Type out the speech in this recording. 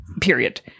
Period